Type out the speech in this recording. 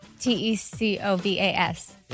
T-E-C-O-V-A-S